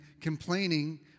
complaining